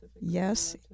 Yes